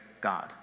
God